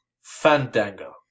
Fandango